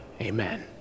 amen